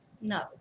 no